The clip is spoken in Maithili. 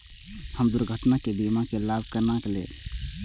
हम दुर्घटना के बीमा के लाभ केना लैब?